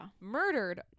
murdered